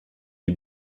les